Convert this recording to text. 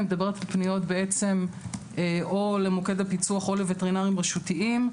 אני מדברת על פניות או למוקד הפיצו"ח או לווטרינרים רשותיים.